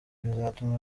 bizatuma